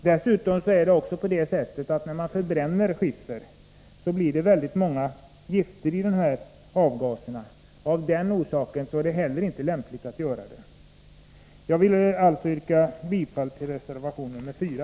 Dessutom uppstår det vid skifferförbränning väldigt många gifter, och hanteringen är också av den orsaken olämplig. Jag yrkar med detta bifall även till reservation nr 4.